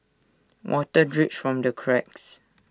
water drips from the cracks